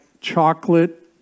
chocolate